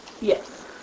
Yes